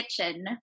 kitchen